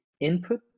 input